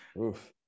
oof